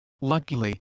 Luckily